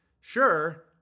Sure